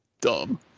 dumb